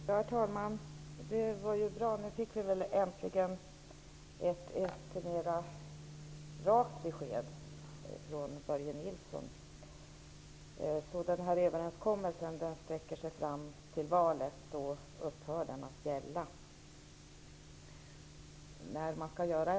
Herr talman! Det var bra att vi äntligen fick ett rakare besked från Börje Nilsson. Överenskommelsen upphör att gälla i samband med valet.